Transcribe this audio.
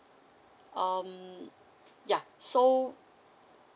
um ya so